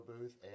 booth